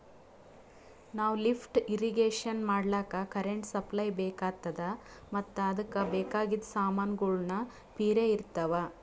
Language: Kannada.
ನಾವ್ ಲಿಫ್ಟ್ ಇರ್ರೀಗೇಷನ್ ಮಾಡ್ಲಕ್ಕ್ ಕರೆಂಟ್ ಸಪ್ಲೈ ಬೆಕಾತದ್ ಮತ್ತ್ ಅದಕ್ಕ್ ಬೇಕಾಗಿದ್ ಸಮಾನ್ಗೊಳ್ನು ಪಿರೆ ಇರ್ತವ್